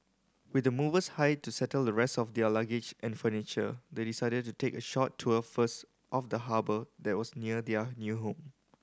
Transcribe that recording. with the movers hired to settle the rest of their luggage and furniture they decided to take a short tour first of the harbour that was near their new home